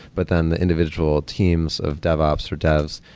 but then the individual teams of dev ops or devs,